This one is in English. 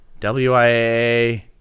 WIA